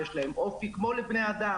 יש להם אופי כמו לבני אדם.